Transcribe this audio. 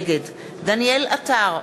נגד דניאל עטר,